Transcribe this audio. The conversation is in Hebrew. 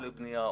או לבנייה,